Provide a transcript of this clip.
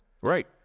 Right